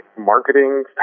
marketing